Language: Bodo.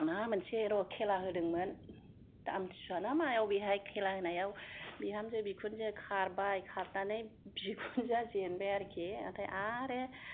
मा मोनसे र' खेला होदोंमोन आमतिसुवा ना मा अबेहाय खेला होनायाव बिहामजो बिखुनजो खारबाय खारनानै बिखुनजो आ जेनबाय आरोखि ओमफ्राय आरो